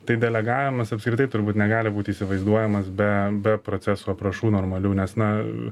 tai delegavimas apskritai turbūt negali būti įsivaizduojamas be be procesų aprašų normalių nes na